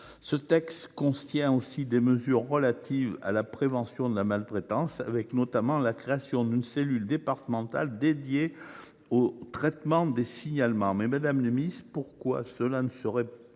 Ce texte contient aussi des mesures relatives à la prévention de la maltraitance, notamment avec la création d’une cellule départementale dédiée au traitement des signalements. Madame la ministre, pourquoi cela ne serait il